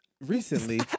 recently